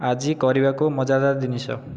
ଆଜି କରିବାକୁ ମଜାଦାର ଜିନିଷ